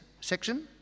section